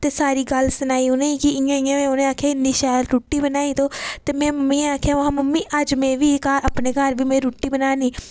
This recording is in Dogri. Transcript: ते सारी गल्ल सनाई उ'नेंगी कि इं'या इं'या उ'नें आखेआ इन्नी शैल रुट्टी बनाई तूं ते में मम्मी गी आखेआ मम्मी अज्ज में बी घर में अपने घर बी रुट्टी बनानी